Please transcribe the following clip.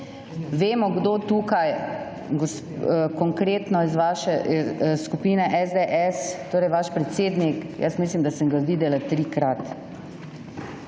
vemo, kdo tukaj konkretno iz vaše skupine SDS, torej vaš predsednik, jaz mislim, da sem ga videla trikrat.